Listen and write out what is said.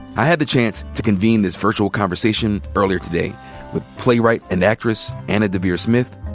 i had the chance to convene this virtual conversation earlier today with playwright and actress, anna deavere smith,